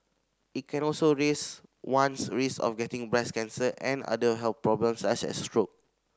it can also raise one's risk of getting breast cancer and other health problems such as stroke